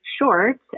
short